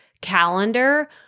calendar